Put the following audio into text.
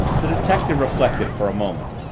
the detective reflected for a moment,